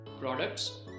products